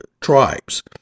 tribes